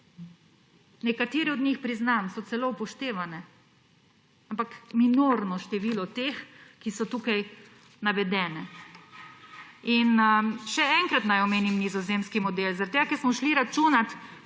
Nekatere od njih, priznam, so celo upoštevane, ampak minorno število teh, ki so tukaj navedene. Naj še enkrat omenim nizozemski model, ker smo šli računat,